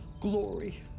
glory